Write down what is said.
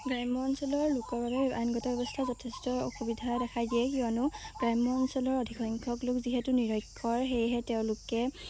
গ্ৰাম্য অঞ্চলৰ লোকৰ বাবে আইনগত ব্যৱস্থা যথেষ্ট অসুবিধা দেখাই দিয়ে কিয়নো গ্ৰাম্য অঞ্চলৰ অধিক সংখ্যক লোক যিহেতু নিৰক্ষৰ সেয়েহে তেওঁলোকে